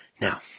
Now